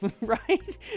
right